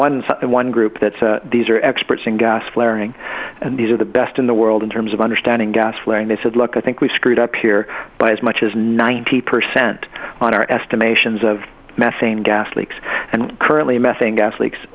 once one group that these are experts in gas flaring and these are the best in the world in terms of understanding gas flaring they said look i think we screwed up here by as much as ninety percent on our estimations of methane gas leaks and currently methane gas leak